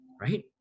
right